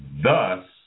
Thus